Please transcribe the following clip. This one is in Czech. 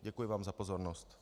Děkuji vám za pozornost.